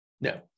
No